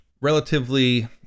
relatively